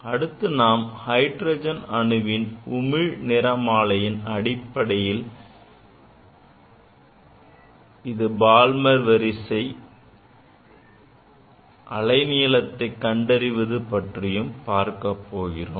அடுத்து நாம் ஹைட்ரஜன் அணுவின் உமிழ் நிறமாலையின் அடிப்படையில் இது பால்மர் வரிசை அலை நீளத்தை கண்டறிவது பற்றி பார்க்கப்போகிறோம்